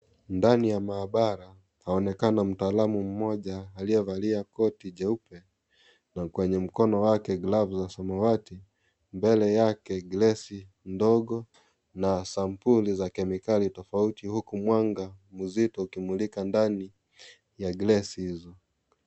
Ndani ya maabara aonekana mtaalamu mmoja aliyevalia koti jeupe na kwenye mkono wake glavu za samawati. Mbele yake glesi ndogo na sampuli za kemikali tofauti huku mwanga mzito ikimulika ndani ya glesi hizo.